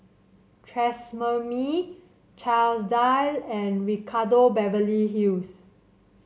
Tresemme Chesdale and Ricardo Beverly Hills